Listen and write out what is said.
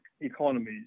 economies